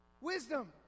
Wisdom